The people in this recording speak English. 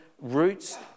roots